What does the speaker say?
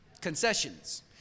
concessions